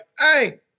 hey